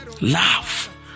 Love